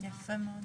יפה מאוד.